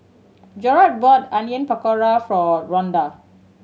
Jerrod bought Onion Pakora for Rhonda